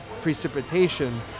precipitation